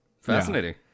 fascinating